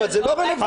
אבל זה לא רלוונטי.